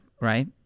right